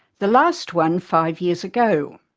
the last one five years ago.